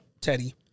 Teddy